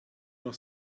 noch